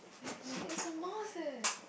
shit it's a mouse eh